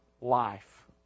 life